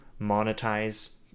monetize